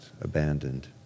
abandoned